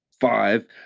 five